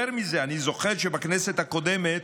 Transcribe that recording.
יותר מזה, אני זוכר שבכנסת הקודמת,